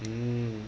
mm